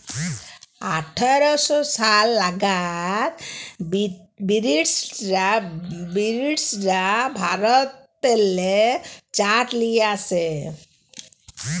আঠার শ সাল লাগাদ বিরটিশরা ভারতেল্লে চাঁট লিয়ে আসে